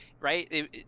right